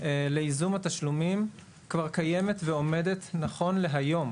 לייזום התשלומים כבר קיימת ועומדת נכון להיום.